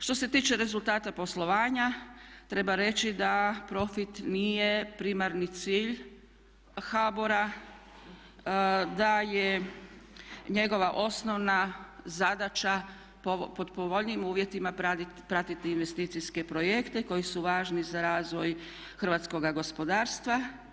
Što se tiče rezultata poslovanja treba reći da profit nije primarni cilj HBOR-a, da je njegova osnovna zadaća pod povoljnijim uvjetima pratiti investicijske projekte koji su važni za razvoj hrvatskoga gospodarstva.